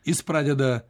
jis pradeda